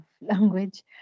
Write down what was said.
language